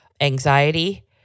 anxiety